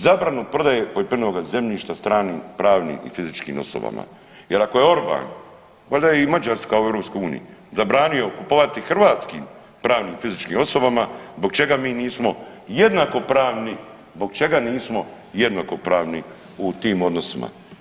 Zabranu prodaje poljoprivrednoga zemljišta stranim pravnim i fizičkim osobama jer ako je i Orban valjda je i Mađarska u EU, zabranio kupovati hrvatskim pravnim i fizičkim osobama zbog čega mi nismo jednakopravni, zbog čega nismo jednakopravni u tim odnosima.